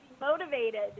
motivated